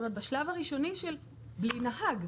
כלומר, בשלב הראשוני שהוא בלי נהג.